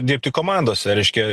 dirbti komandose reiškia